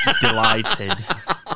delighted